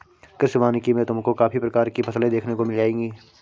कृषि वानिकी में तुमको काफी प्रकार की फसलें देखने को मिल जाएंगी